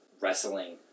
wrestling